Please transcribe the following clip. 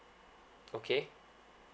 okay